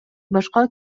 башка